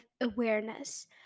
awareness